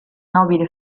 nobile